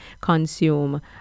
consume